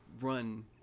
run